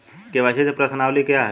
KYC प्रश्नावली क्या है?